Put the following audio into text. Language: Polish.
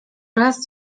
raz